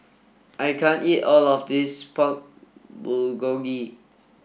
I can't eat all of this Pork Bulgogi